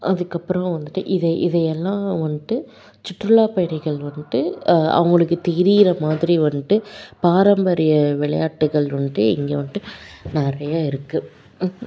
அதுக்கப்புறமா வந்துட்டு இதை இதை எல்லாம் வந்துட்டு சுற்றுலா பயணிகள் வந்துட்டு அவங்களுக்கு தெரிகிற மாதிரி வந்துட்டு பாரம்பரிய விளையாட்டுகள் வந்துட்டு இங்கே வந்துட்டு நிறைய இருக்குது